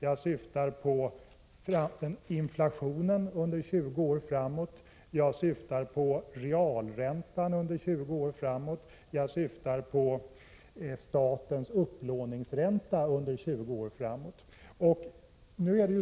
Jag syftar på inflationen under 20 år framåt, realräntan 20 år framåt och statens upplåningsränta 20 år framåt.